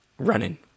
running